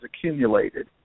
accumulated